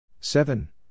seven